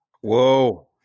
Whoa